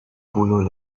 boulot